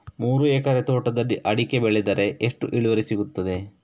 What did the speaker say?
ಮೂರು ಎಕರೆ ತೋಟದಲ್ಲಿ ಅಡಿಕೆ ಬೆಳೆದರೆ ಎಷ್ಟು ಇಳುವರಿ ಸಿಗುತ್ತದೆ?